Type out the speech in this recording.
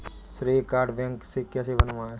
श्रेय card bank से कैसे बनवाएं?